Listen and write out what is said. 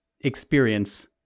experience